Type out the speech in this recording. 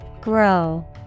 Grow